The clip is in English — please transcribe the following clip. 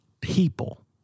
people